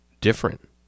different